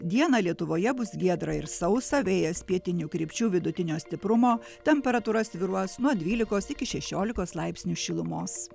dieną lietuvoje bus giedra ir sausa vėjas pietinių krypčių vidutinio stiprumo temperatūra svyruos nuo dvylikos iki šešiolikos laipsnių šilumos